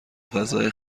فضای